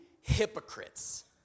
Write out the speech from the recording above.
hypocrites